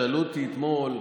שאלו אותי אתמול בתקשורת,